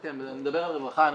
כן, אני מדבר על הרווחה.